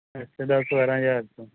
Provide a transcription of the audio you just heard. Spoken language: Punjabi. ਅੱਛਾ ਦਸ ਬਾਰਾਂ ਹਜ਼ਾਰ ਤੋਂ